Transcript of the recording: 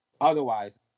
Otherwise